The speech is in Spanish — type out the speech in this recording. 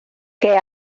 qué